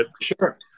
Sure